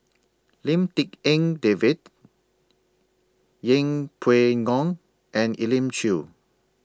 Lim Tik En David Yeng Pway Ngon and Elim Chew